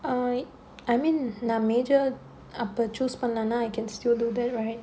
err I mean நா:naa major அப்ப:appa choose பண்ணேனா:pannaenaa I can still do that right